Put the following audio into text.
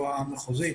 המחוזית